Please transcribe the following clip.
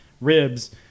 ribs